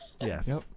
yes